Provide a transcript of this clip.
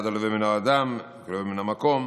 אחד הלווה מן האדם כלווה מן המקום,